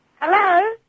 Hello